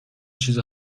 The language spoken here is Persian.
چیز